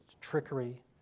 trickery